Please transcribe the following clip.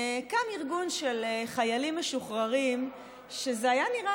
קם ארגון של חיילים משוחררים שזה היה נראה